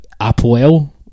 Apple